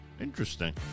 interesting